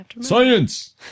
Science